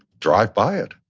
drive by it.